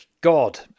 god